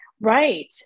right